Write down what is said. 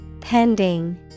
Pending